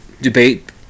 debate